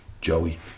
Joey